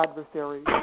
adversaries